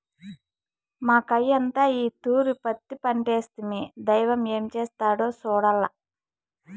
మాకయ్యంతా ఈ తూరి పత్తి పంటేస్తిమి, దైవం ఏం చేస్తాడో సూడాల్ల